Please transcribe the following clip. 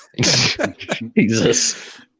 Jesus